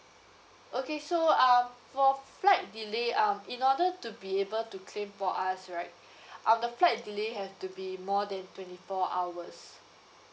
okay so um for flight delay um in order to be able to claim for us right um the flight delay has to be more than twenty four hours